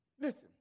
listen